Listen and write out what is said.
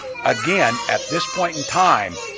again, at this point in time,